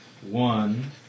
One